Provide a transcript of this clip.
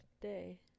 day